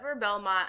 Belmont